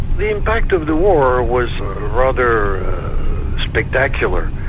the impact of the war was rather spectacular,